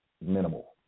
minimal